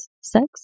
Sex